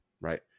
right